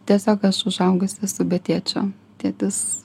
tiesiog aš užaugusi esu be tėčio tėtis